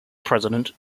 president